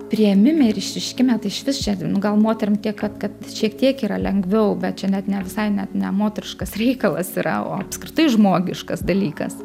priėmime ir išreiškime tai išvis čia nu gal moterim tiek kad kad šiek tiek yra lengviau bet čia net ne visai net ne moteriškas reikalas yra o apskritai žmogiškas dalykas